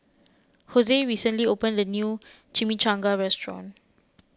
Jose recently opened a new Chimichangas restaurant